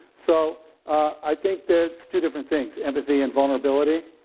so i think that's two different things, empathy and vulnerability.